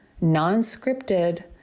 non-scripted